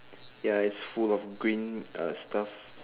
ya it's full of green uh stuff